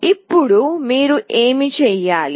ఇప్పుడు మీరు ఏమి చేయాలి